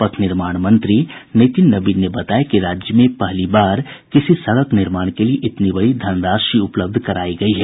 पथ निर्माण मंत्री नितिन नवीन ने बताया कि राज्य में पहली बार किसी सड़क निर्माण के लिए इतनी बड़ी धनराशि उपलब्ध करायी गयी है